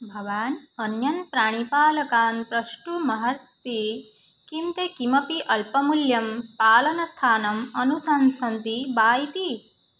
भवान् अन्यान् प्राणिपालकान् प्रष्टुमर्हति किं ते किमपि अल्पमूल्यं पालनस्थानम् अनुसरन्ति वा इति